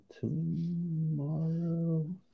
tomorrow